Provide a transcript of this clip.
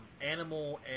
animal